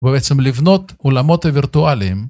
ובעצם לבנות עולמות ווירטואליים.